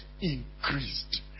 increased